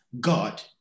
God